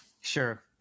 Sure